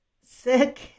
sick